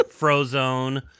Frozone